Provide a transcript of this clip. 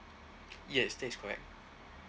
yes that is correct